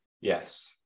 yes